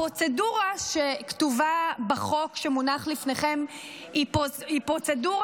הפרוצדורה שכתובה בחוק שמונח לפניכם היא פרוצדורה